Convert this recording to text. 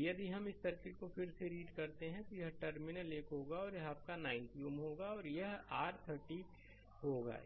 यदि हम इस सर्किट को फिर से रीड करते हैं तो यह टर्मिनल 1 होगा और यह आपका 90 Ω होगा और यह R30 होगा